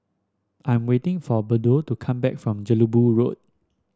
I am waiting for Bode to come back from Jelebu Road